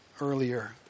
earlier